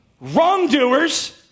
Wrongdoers